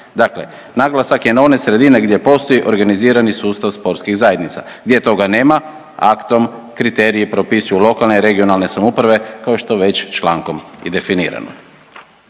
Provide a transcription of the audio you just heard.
Dakle, naglasak je na one sredine gdje postoji organizirani sustav sportskih zajednica, gdje toga nema aktom kriteriji propisuju lokalne i regionalne samouprave kao što je već člankom i definirano.